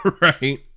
Right